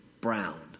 brown